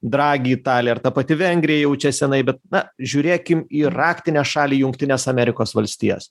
dragi italija ir ta pati vengrija jau čia seniai bet na žiūrėkim į raktinę šalį jungtines amerikos valstijas